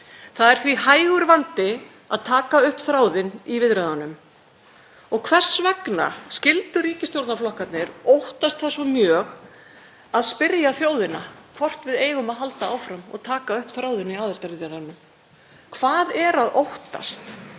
Það er því hægur vandi að taka upp þráðinn í viðræðunum. Hvers vegna skyldu ríkisstjórnarflokkarnir óttast það svo mjög að spyrja þjóðina hvort við eigum að halda áfram og taka upp þráðinn í aðildarviðræðunum? Hvað er að óttast?